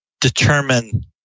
determine